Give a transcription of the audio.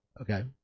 okay